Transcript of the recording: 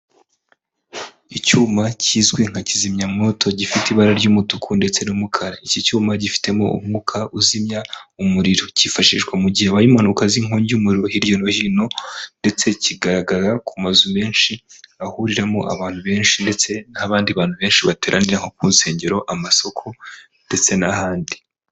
Icyuma kizwi nka kizimyamwoto gifite ibara ry'umutuku ndetse n'umukara, iki cyuma gifitemo umwuka uzimya umuriro, cyifashishwa mu gihe habaye impanuka z'inkongi y'umuriro hirya no hino ndetse kigaragara ku mazu menshi ahuriramo abantu benshi ndetse n'abandi bantu benshi bateranira nko mu nsengero, amasoko ndetse n'ahandi.